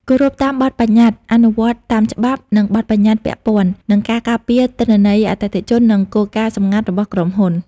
គោរពតាមបទប្បញ្ញត្តិ អនុវត្តតាមច្បាប់ និងបទប្បញ្ញត្តិពាក់ព័ន្ធនឹងការការពារទិន្នន័យអតិថិជននិងគោលការណ៍សម្ងាត់របស់ក្រុមហ៊ុន។